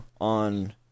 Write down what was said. on